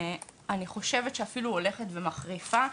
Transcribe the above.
אני חושבת שאפילו הולכת ומחריפה.